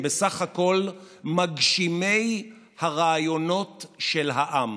הם בסך הכול מגשימי הרעיונות של העם.